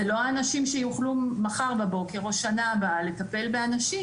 לא אנשים שיוכלו מחר בבוקר או שנה הבאה לטפל באנשים.